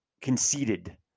conceded